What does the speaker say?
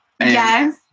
Yes